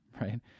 right